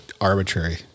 arbitrary